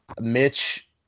Mitch